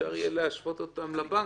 אפשר יהיה להשוות אותם לבנקים,